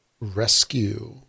Rescue